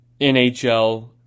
NHL